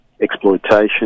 exploitation